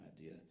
idea